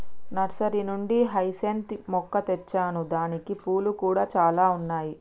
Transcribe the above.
nursery నుండి hyacinth మొక్క తెచ్చాను దానికి పూలు కూడా చాల ఉన్నాయి